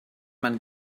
man